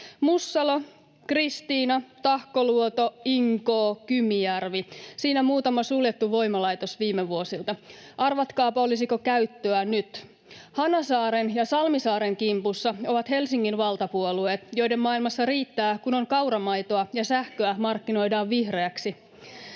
Mussalo, Kristiina, Tahkoluoto, Inkoo, Kymijärvi. Siinä muutama suljettu voimalaitos viime vuosilta. Arvatkaapa, olisiko käyttöä nyt. Hanasaaren ja Salmisaaren kimpussa ovat Helsingin valtapuolueet, joiden maailmassa riittää, kun on kauramaitoa ja sähköä markkinoidaan vihreäksi.